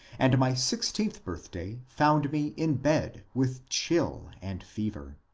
and my sixteenth birthday found me in bed with chill and fever.